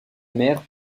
mère